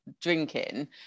drinking